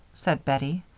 said bettie.